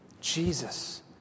Jesus